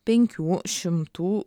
penkių šimtų